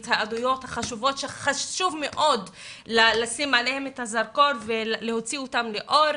את העדויות החשובות שחשוב מאוד לשים עליהם את הזרקור ולהוציא אותם לאור,